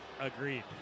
Agreed